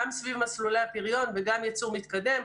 גם סביב מסלולי הפריון וגם ייצור מתקדם.